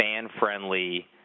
fan-friendly –